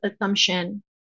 assumption